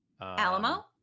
alamo